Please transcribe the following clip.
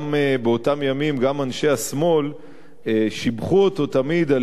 באותם ימים גם אנשי השמאל שיבחו אותו תמיד על